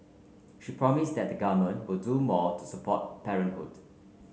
she promised that the government will do more to support parenthood